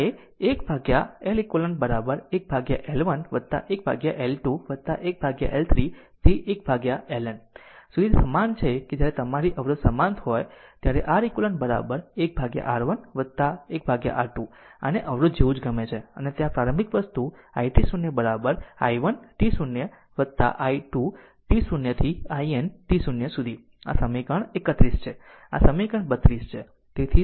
જ્યારે 1 L eq 1L 1 plus 1L 2 plus 1L 3 plus 1up to LN સુધી તે સમાન છે કે જ્યારે તમારી અવરોધ સમાંતર હોય ત્યારે R eq 1R 1 plus 1R 2 આને અવરોધ જેવું જ ગમે છે અને ત્યાં પ્રારંભિક વસ્તુ i t 0 i 1 t 0 plus i 2 t 0 up to i N t 0સુધી આ સમીકરણ 31 છે અને આ સમીકરણ 32 છે